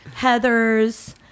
Heathers